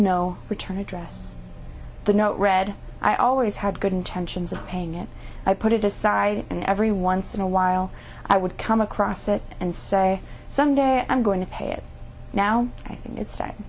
no return address the note read i always had good intentions of paying it i put it aside and every once in a while i would come across it and say someday i'm going to pay it now it's